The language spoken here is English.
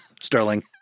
Sterling